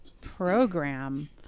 program